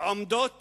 עומדות